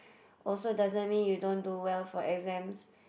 also doesn't mean you don't do well for exams